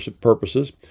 purposes